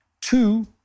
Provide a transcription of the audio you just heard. Two